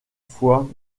fois